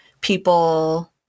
people